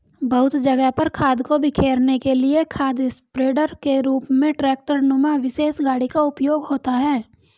बहुत जगह पर खाद को बिखेरने के लिए खाद स्प्रेडर के रूप में ट्रेक्टर नुमा विशेष गाड़ी का उपयोग होता है